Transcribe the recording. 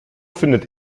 findet